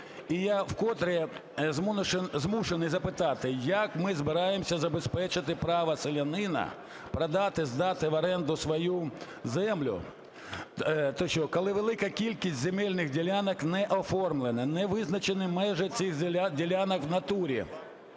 І я вкотре змушений запитати, як ми збираємося забезпечити право селянина продати, здати в оренду свою землю тощо, коли велика кількість земельних ділянок не оформлена, не визначені межі цих ділянок в натурі.